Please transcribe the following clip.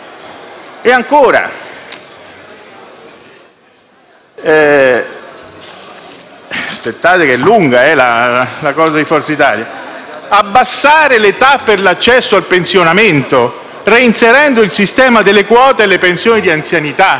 E ancora: abbassamento dell'età per l'accesso al pensionamento, reinserendo il sistema delle quote e delle pensioni di anzianità